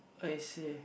I see